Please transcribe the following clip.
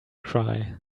cry